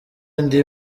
andy